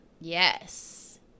Yes